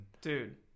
Dude